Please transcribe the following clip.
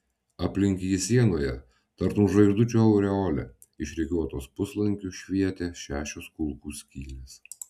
aplink jį sienoje tartum žvaigždučių aureolė išrikiuotos puslankiu švietė šešios kulkų skylės